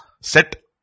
Set